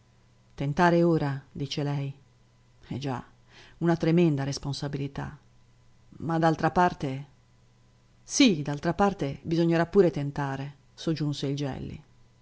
tentare ora dice lei eh già una tremenda responsabilità ma d'altra parte sì d'altra parte bisognerà pure tentare soggiunse il gelli